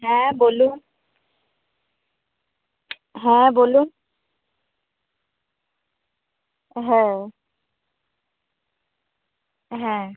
হ্যাঁ বলুন হ্যাঁ বলুন হ্যাঁ হ্যাঁ